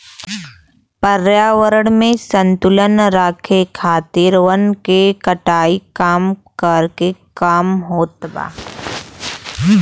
पर्यावरण में संतुलन राखे खातिर वन के कटाई कम करके काम होत बा